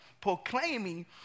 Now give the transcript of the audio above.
proclaiming